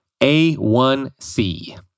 A1C